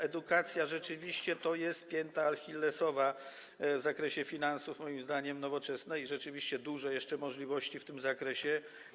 Edukacja rzeczywiście to jest pięta achillesowa w zakresie finansów, moim zdaniem, Nowoczesnej, i rzeczywiście dużo jeszcze możliwości w tym zakresie.